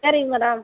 சரிங்க மேடம்